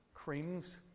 creams